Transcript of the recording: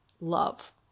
love